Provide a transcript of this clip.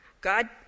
God